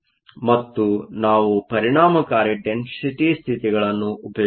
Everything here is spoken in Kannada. ಮತ್ತು ನಾವು ಪರಿಣಾಮಕಾರಿ ಡೆನ್ಸಿಟಿ ಸ್ಥಿತಿಗಳನ್ನು ಉಪಯೋಗಿಸೋಣ